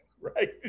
right